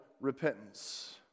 repentance